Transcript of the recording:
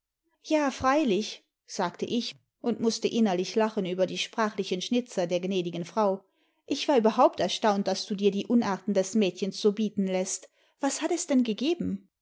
ja freilich sagte ich und mußte innerlich lachen über die sprachlichen schnitzer der gnädigen frau i ich war überhaupt erstaunt daß du dir die unarten des mädchens so bieten läßt was hat es denn gegeben